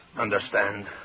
Understand